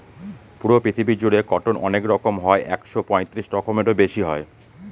পুরো পৃথিবী জুড়ে কটন অনেক রকম হয় একশো পঁয়ত্রিশ রকমেরও বেশি হয়